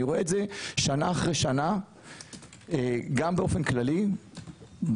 אני רואה את זה שנה אחרי שנה גם באופן כללי בארץ,